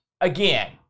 again